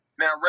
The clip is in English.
Now